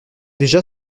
déjà